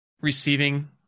receiving